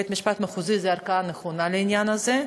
בית-משפט מחוזי הוא הערכאה הנכונה לעניין הזה.